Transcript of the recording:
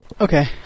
Okay